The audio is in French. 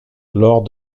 lors